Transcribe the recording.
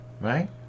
right